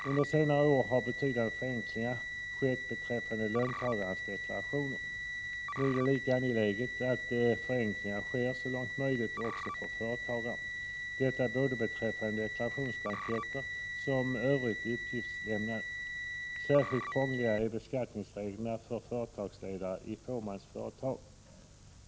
Under senare år har betydande förenklingar skett beträffande löntagarnas deklarationer. Nu är det lika angeläget att förenklingar sker så långt möjligt också för företagarna. Detta gäller såväl beträffande deklarationsblanketter som för övrigt uppgiftslämnande. Särskilt krångliga är beskattningsreglerna för företagsledare i fåmansföretag.